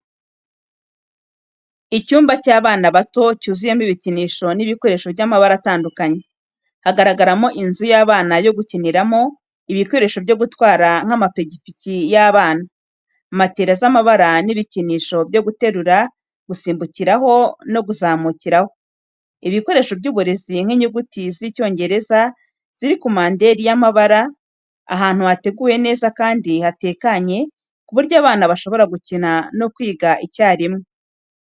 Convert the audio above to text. Icyumba cy’abana bato cyuzuyemo ibikinisho n’ibikoresho by’amabara atandukanye. Haragaragaramo inzu y’abana yo gukiniramo, ibikoresho byo gutwara nk’amapikipiki y’abana. Matela z’amabara n’ibikinisho byo guterura, gusimbukiraho no kuzamukiraho. Ibikoresho by’uburezi nk’inyuguti z’Icyongereza ziri ku manderi y’amabara. Ahantu hateguwe neza kandi hatekanye ku buryo abana bashobora gukina no kwiga icyarimwe.